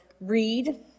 read